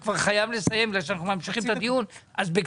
בבקשה.